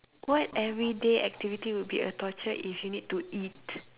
what everyday activity would be a torture if you need to eat